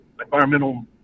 environmental